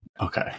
Okay